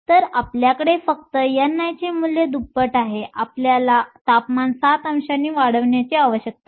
तर आपल्याकडे फक्त ni चे मूल्य दुप्पट आहे आपल्याला तापमान 7 अंशांनी वाढवण्याची आवश्यकता आहे